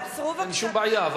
אין שום בעיה.